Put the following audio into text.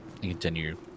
continue